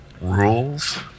rules